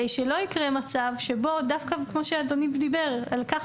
שלא יקרה מצב שבו דווקא כמו שאדוני דיבר על כך,